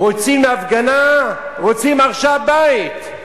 רוצים הפגנה, רוצים עכשיו בית,